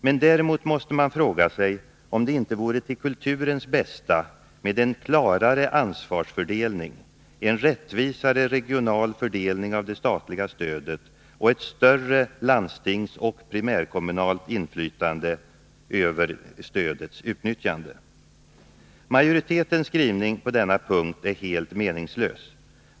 Men däremot måste man fråga sig om det inte vore till kulturens bästa med en klarare ansvarsfördelning, en rättvisare regional fördelning av det statliga stödet och ett större landstingsoch primärkommunalt inflytande över stödets utnyttjande. Majoritetens skrivning på denna punkt är helt meningslös.